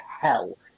hell